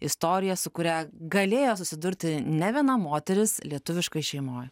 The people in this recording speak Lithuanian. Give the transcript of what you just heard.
istoriją su kuria galėjo susidurti ne viena moteris lietuviškoj šeimoj